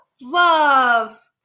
love